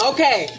Okay